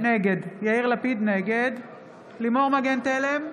נגד לימור מגן תלם,